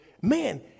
man